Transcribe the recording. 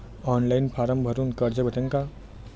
Online form भरून कर्ज भेटन का?